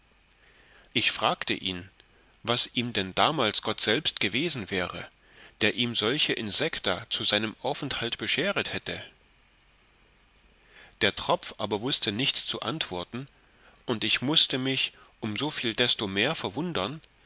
ich fragte ihn was ihm dann damals gott selbst gewesen wäre der ihm solche insecta zu seinem aufenthalt bescheret hätte der tropf aber wußte nichts zu antworten und ich mußte mich um soviel desto mehr verwundern